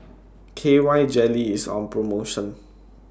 K Y Jelly IS on promotion